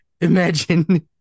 imagine